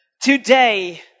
today